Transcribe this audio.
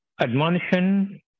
admonition